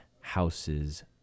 house's